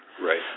Right